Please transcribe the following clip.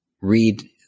read